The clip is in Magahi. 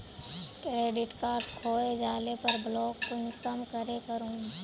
क्रेडिट कार्ड खोये जाले पर ब्लॉक कुंसम करे करूम?